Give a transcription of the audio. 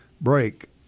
break